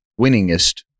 winningest